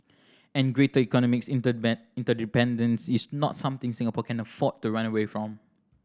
and greater economic interdependence is not something Singapore can afford to run away from